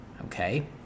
Okay